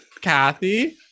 Kathy